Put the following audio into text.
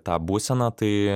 tą būseną tai